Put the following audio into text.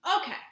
Okay